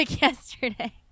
yesterday